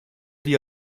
die